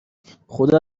خدا